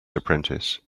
apprentice